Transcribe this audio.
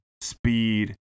speed